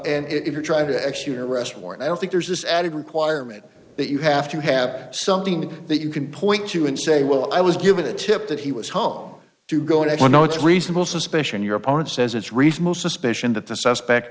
and if you're trying to actually arrest warrant i don't think there's this added requirement that you have to have something that you can point to and say well i was given a tip that he was hong to go and i know it's reasonable suspicion your opponent says it's reasonable suspicion that the suspect